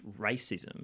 racism